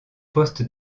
postes